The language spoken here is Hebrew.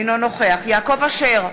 אינו נוכח יעקב אשר,